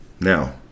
now